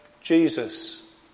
Jesus